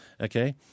Okay